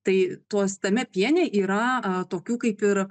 tai tuos tame piene yra tokių kaip ir